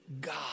God